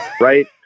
right